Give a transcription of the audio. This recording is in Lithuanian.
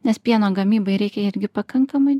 nes pieno gamybai reikia irgi pakankamai